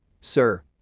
sir